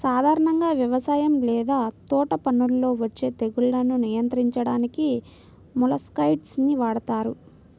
సాధారణంగా వ్యవసాయం లేదా తోటపనుల్లో వచ్చే తెగుళ్లను నియంత్రించడానికి మొలస్సైడ్స్ ని వాడుతారు